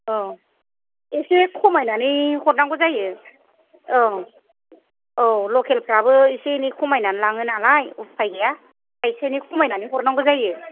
औ एसे खमायनानै हरनांगौ जायो औ औ लकेल फोराबो एसे एनै खमायनानै लाङोनालाय उफाय गैया थाइसे थाइनै खमायनानै हरनांगौ जायो